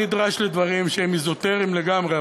אני נדרש לדברים שהם אזוטריים לגמרי.